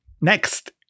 Next